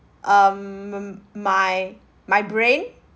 um m~ my my brain